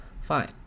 Fine